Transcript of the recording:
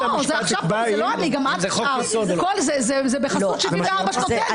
כל זה, זה בחסות 74 שנותינו.